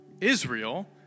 Israel